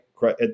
right